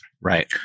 Right